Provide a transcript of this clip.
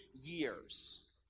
years